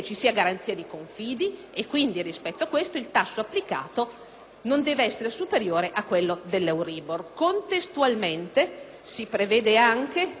non sia essere superiore a quello Euribor. Contestualmente si prevede anche l'intervento della Cassa depositi e prestiti, oltre che di Confidi,